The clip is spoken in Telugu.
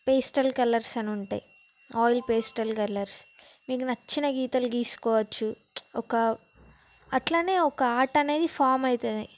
పేస్టల్ కలర్స్ అని ఉంటాయి ఆయిల్ పేస్టల్ కలర్స్ మీకు నచ్చిన గీతాలు గీసుకోవచ్చు ఒక అట్లనే ఒక ఆర్ట్ అనేది ఫామ్ అవుతుంది